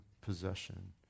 possession